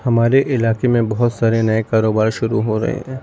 ہمارے علاقے میں بہت سارے نئے کاروبار شروع ہو رہے ہیں